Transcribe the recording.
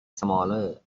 smaller